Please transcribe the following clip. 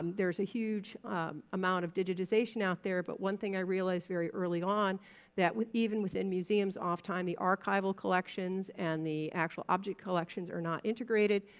um there's a huge amount of digitization out there, but one thing i realized very early on that, even within museums, oft time the archival collections and the actual object collections are not integrated.